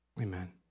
amen